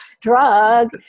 drug